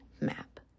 map